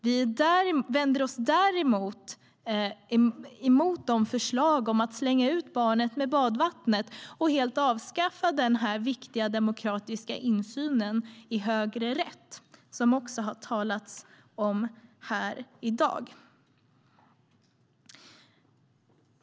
Däremot vänder vi oss emot de förslag om att slänga ut barnet med badvattnet och helt avskaffa den viktiga demokratiska insynen i högre rätt som det också har talats om här i dag.